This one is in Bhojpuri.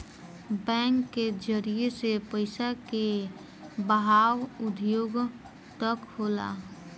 बैंक के जरिए से पइसा के बहाव उद्योग तक होला